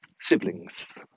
siblings